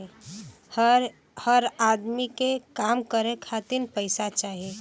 हर अदमी के काम करे खातिर पइसा चाही